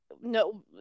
No